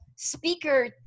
speaker